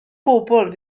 bobl